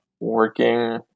working